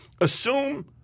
assume